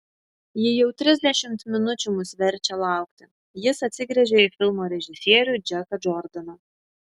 ji jau trisdešimt minučių mus verčia laukti jis atsigręžė į filmo režisierių džeką džordaną